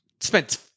spent